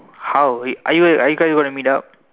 how wait are you are you guys gonna meet up